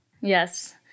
Yes